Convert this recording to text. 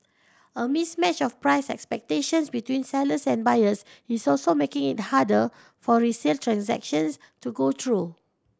a mismatch of price expectations between sellers and buyers is also making it harder for resale transactions to go through